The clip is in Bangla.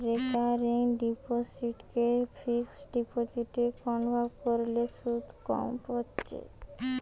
রেকারিং ডিপোসিটকে ফিক্সড ডিপোজিটে কনভার্ট কোরলে শুধ কম হচ্ছে